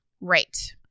Right